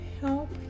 help